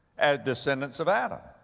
ah, descendants of adam.